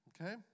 Okay